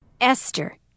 Esther